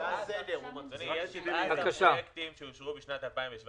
17 פרויקטים שאושרו בשנת 2017,